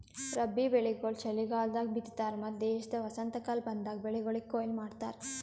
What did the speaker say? ರಬ್ಬಿ ಬೆಳಿಗೊಳ್ ಚಲಿಗಾಲದಾಗ್ ಬಿತ್ತತಾರ್ ಮತ್ತ ದೇಶದ ವಸಂತಕಾಲ ಬಂದಾಗ್ ಬೆಳಿಗೊಳಿಗ್ ಕೊಯ್ಲಿ ಮಾಡ್ತಾರ್